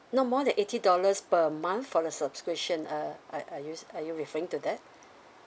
no more than eighty dollars per month for the subscription uh are are you are you referring to that